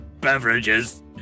beverages